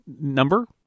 number